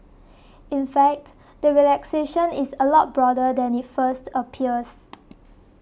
in fact the relaxation is a lot broader than it first appears